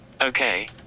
Okay